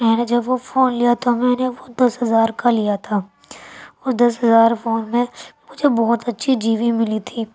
میں نے جب وہ فون لیا تو میں نے وہ دس ہزار کا لیا تھا اور دس ہزار فون میں مجھے بہت اچھی جی بی ملی تھی